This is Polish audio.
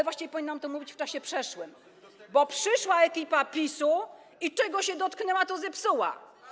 Właściwie powinnam to mówić w czasie przeszłym, bo przyszła ekipa PiS-u i czego się dotknęła, to zepsuła.